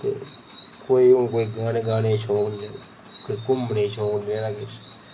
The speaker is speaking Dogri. ते कोई हून कोई गाने गाने ई शौक निं कोई घूमने शौक निं रेह्दा किश